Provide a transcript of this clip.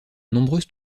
nombreuses